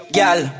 Gyal